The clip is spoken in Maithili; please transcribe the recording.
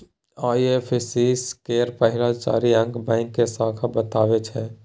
आइ.एफ.एस.सी केर पहिल चारि अंक बैंक के शाखा बताबै छै